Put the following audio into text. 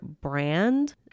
brand